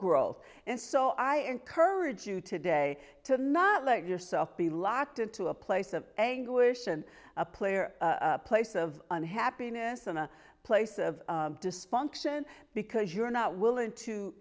growth and so i encourage you today to not let yourself be locked into a place of anguish and a player a place of unhappiness and a place of dysfunction because you're not willing to